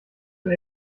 der